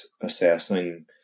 assessing